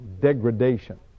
degradation